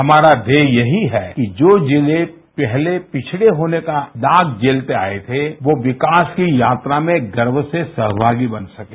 हमारा ध्येय ये ही है कि जो जिन्हें पहले पिछहे होने का दाग झेलते आये थे वो विकास की यात्रा में गर्व से सहमागी बन सकें